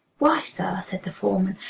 why, sir, said the foreman,